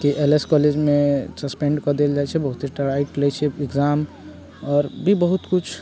कि L S कॉलेजमे suspend कऽ देल जाइ छै बहुते टाइट लै छै एक्जाम आओर भी बहुत कुछ